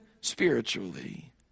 spiritually